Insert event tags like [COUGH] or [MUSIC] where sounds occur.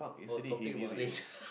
while topic about race [NOISE]